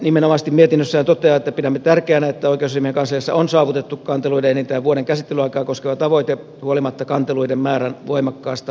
perustuslakivaliokunta nimenomaisesti mietinnössään toteaa että pidämme tärkeänä että oikeusasiamiehen kansliassa on saavutettu kanteluiden enintään vuoden käsittelyaikaa koskeva tavoite huolimatta kanteluiden määrän voimakkaasta kasvusta